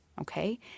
okay